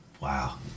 Wow